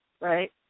right